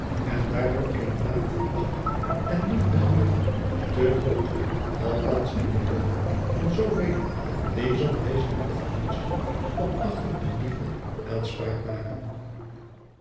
en daardoor eene mate van achting en liefde genieten te groot althans in de oogen van zoovelen die zonder wezenlijke verdiensten op achting en liefde aanspraak maken